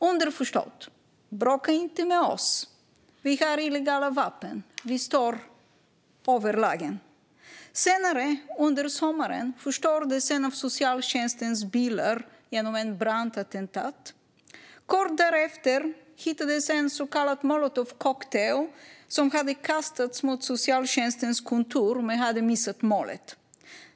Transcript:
Underförstått: Bråka inte med oss! Vi har illegala vapen; vi står över lagen. Senare under sommaren förstördes en av socialtjänstens bilar genom ett brandattentat. Kort därefter hittades en så kallad molotovcocktail, som hade kastats mot socialtjänstens kontor men missat målet.